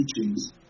teachings